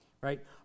right